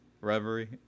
reverie